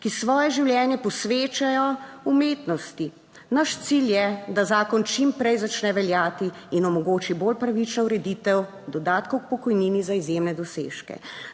ki svoje življenje posvečajo umetnosti. Naš cilj je, da zakon čim prej začne veljati in omogoči bolj pravično ureditev dodatkov k pokojnini za izjemne dosežke,